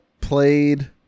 played